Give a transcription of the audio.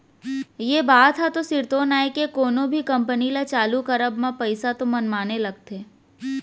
ये बात ह तो सिरतोन आय के कोनो भी कंपनी ल चालू करब म पइसा तो मनमाने लगथे